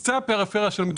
לקצה הפריפריה של מדינת ישראל.